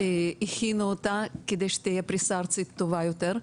הכינו אותה, כדי שתהיה פריסה ארצית טובה יותר.